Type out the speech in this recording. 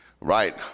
Right